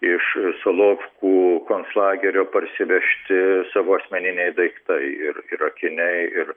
iš slovkų konclagerio parsivežti savo asmeniniai daiktai ir ir akiniai ir